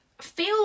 feel